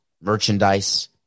merchandise